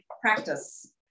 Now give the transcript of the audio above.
practice